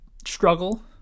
struggle